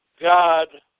God